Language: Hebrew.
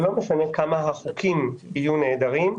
ולא משנה כמה החוקים יהיו נהדרים,